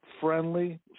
friendly